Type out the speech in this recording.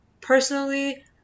Personally